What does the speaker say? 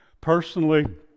Personally